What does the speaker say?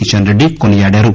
కిషన్ రెడ్డి కొనియాడారు